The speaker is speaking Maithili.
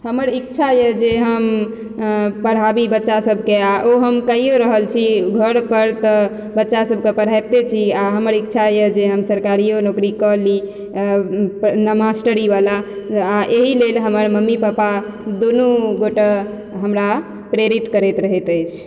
हमर इच्छा अइ जे हम पढ़ाबी बच्चा सबके आ ओ हम कइयो रहल छी घर पर तऽ बच्चा सबके पढ़ैबते छी आ हमर इच्छा अइ जे हम सरकारियो नौकरी कऽ ली मास्टरी वला एहि लेल हमर मम्मी पप्पा दुनू गोटे हमरा प्रेरित करैत रहैत अछि